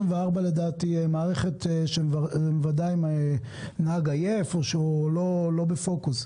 לדעתי תיכנס מערכת שמוודאת אם הנהג עייף או לא בפוקוס,